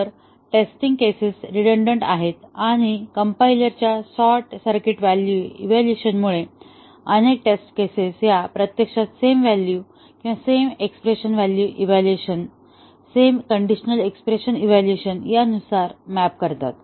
तर testing cases redundant आहेत कारण कंपाईलरच्या शॉर्ट सर्किट व्हॅल्यू इव्हाल्युएशन मुळे अनेक टेस्टिंग केसेस या प्रत्यक्षात सेम व्हॅल्यू किंवा same expression value evaluation same conditional expression evaluation यानुसार मॅप करतात